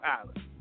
Island